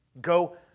Go